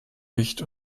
wicht